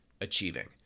achieving